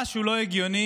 משהו לא הגיוני